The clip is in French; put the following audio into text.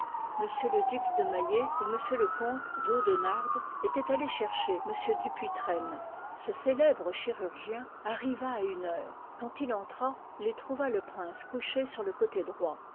m le duc de maillé et m le comte d'aù n part denarde ctoient allés chercher m dupuy l iv il tren ce célèbre chirurgien arriya à une heure quand il entra il trouva le prince couché sur le côté droit